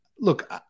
look